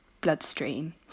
bloodstream